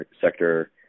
sector